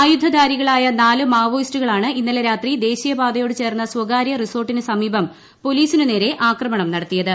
ആയുധ ധാരികളായ നാല് മാവോയിസ്റ്റുകളാണ് ഇന്നലെ രാത്രി ദേശീയ പാതയോട് ചേർന്ന സ്വകാര്യ റിസോർട്ടിനു സമീപം പോലീസിനുനേരെ ആക്രമണം നടത്തിയത്